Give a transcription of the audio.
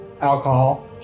alcohol